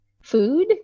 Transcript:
food